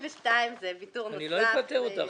אני לא אפטר אותך.